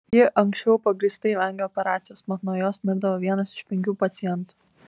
ji anksčiau pagrįstai vengė operacijos mat nuo jos mirdavo vienas iš penkių pacientų